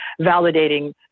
validating